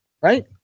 Right